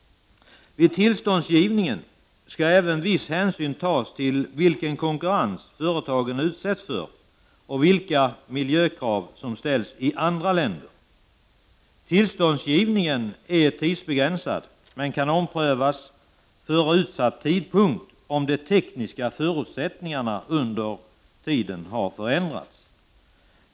Vid tillståndsgivningen skall även viss hänsyn tas till vilken konkurrens företagen utsätts för och vilka miljökrav som ställs i andra länder. Tillståndsgivningen är tidsbegränsad men kan omprövas före utsatt tidpunkt, om de tekniska förutsättningarna under tiden har förändrats.